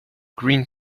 green